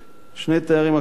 לשני תארים אקדמיים,